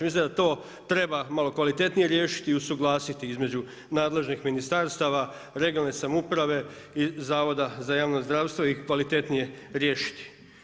Mislim da treba malo kvalitetnije riješiti i usuglasiti između nadležnih ministarstava, regionalne samouprave i Zavoda za javno zdravstvo i kvalitetnije riješiti.